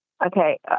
Okay